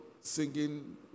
singing